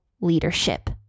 leadership